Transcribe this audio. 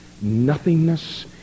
nothingness